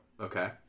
Okay